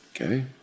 Okay